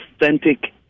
Authentic